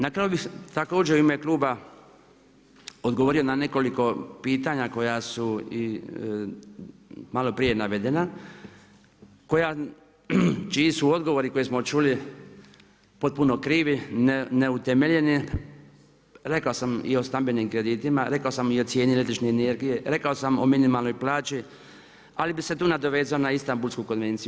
Na kraju bi također u ime kluba odgovorio na nekoliko pitanja koja su i maloprije navedena, čiji su odgovori koje smo čuli potpuno krivi, neutemeljeni, rekao sam i o stambenim kreditima, rekao sam i o cijeni električne energije, rekao sam i o minimalnoj plaći, ali bih se tu dovezao na Istambulsku konvenciju.